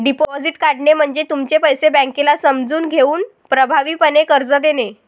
deposit काढणे म्हणजे तुमचे पैसे बँकेला समजून घेऊन प्रभावीपणे कर्ज देणे